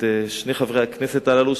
את שני חברי הכנסת האלו,